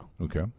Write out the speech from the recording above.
Okay